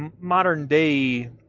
modern-day